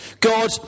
God